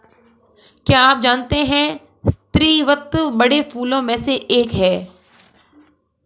क्या आप जानते है स्रीवत बड़े फूलों में से एक है